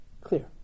clear